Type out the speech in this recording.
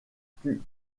plus